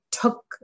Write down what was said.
took